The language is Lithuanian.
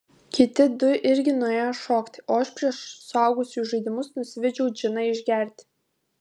kiti du irgi nuėjo šokti o aš prieš suaugusiųjų žaidimus nusivedžiau džiną išgerti